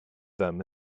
them